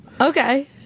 Okay